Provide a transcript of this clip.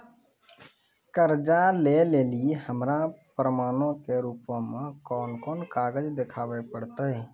कर्जा लै लेली हमरा प्रमाणो के रूपो मे कोन कोन कागज देखाबै पड़तै?